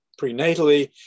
prenatally